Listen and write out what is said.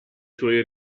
suoi